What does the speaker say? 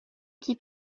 qui